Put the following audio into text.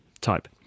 type